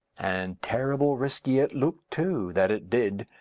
and terrible risky it looked, too, that it did!